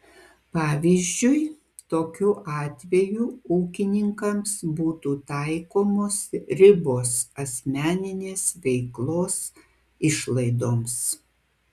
pavyzdžiui tokiu atveju ūkininkams būtų taikomos ribos asmeninės veiklos išlaidoms